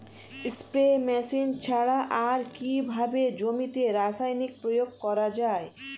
Spray machine ছাড়া আর কিভাবে জমিতে রাসায়নিক প্রয়োগ করা যায়?